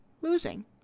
losing